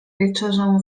wieczerzą